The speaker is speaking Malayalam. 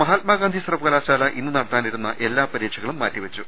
മഹാത്മാഗാന്ധി സർവകലാശാല ഇന്ന് നടത്താനി രുന്ന എല്ലാ പരീക്ഷകളും മാറ്റിവെച്ചു